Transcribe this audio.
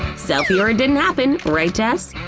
selfie or it didn't happen! right, jess?